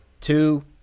Two